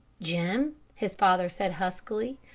jim, his father said huskily,